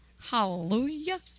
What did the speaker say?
Hallelujah